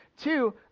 two